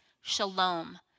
shalom